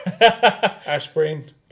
aspirin